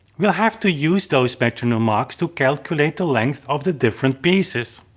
we'll have to use those metronome marks to calculate the length of the different pieces.